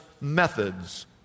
methods